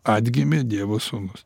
atgimė dievo sūnus